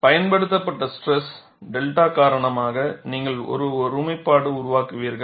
பயன்படுத்தப்பட்ட ஸ்ட்ரெஸ் 𝛔 காரணமாக நீங்கள் ஒரு ஒருமைப்பாடு உருவாக்குவீர்கள்